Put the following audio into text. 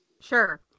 Sure